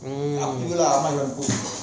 mmhmm